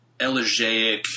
elegiac